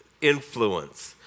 influence